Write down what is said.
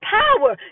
power